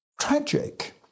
tragic